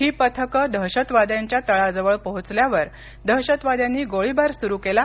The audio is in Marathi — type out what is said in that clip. ही पथकं दहशतवाद्यांच्या तळाजवळ पोहोचल्यावर दहशतवाद्यांनी गोळीबार सुरू केला